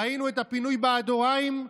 ראינו את הפינוי באדוריים,